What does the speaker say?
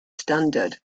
standard